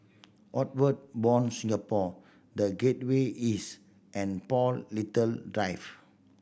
Outward Bound Singapore The Gateway East and Paul Little Drive